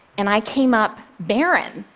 and i came up barren.